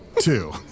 Two